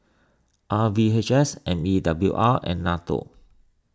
R V H S M E W R and Nato